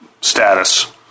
status